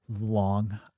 long